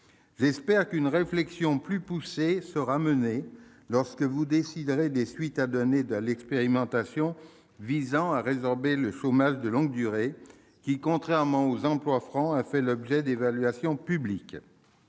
J'espère qu'une réflexion plus poussée sera menée lorsque vous déciderez des suites à donner à l'expérimentation visant à résorber le chômage de longue durée, qui, contrairement aux emplois francs, a fait l'objet d'évaluations publiques.